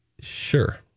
Sure